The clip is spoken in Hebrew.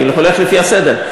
אני הולך לפי הסדר.